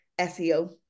SEO